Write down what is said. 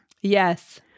Yes